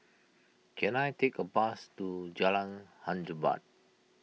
can I take a bus to Jalan Hang Jebat